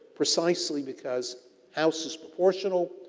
precisely, because house is proportional,